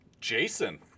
Jason